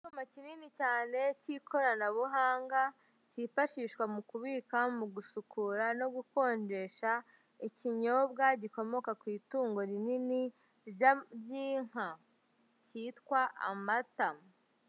Icyuma kinini cyane k'ikoranabuhanga kifashishwa mu kubika, mugusukura no gukonjesha ikinyobwa gikomoka ku itungo rinini ry'inka cyitwa amata.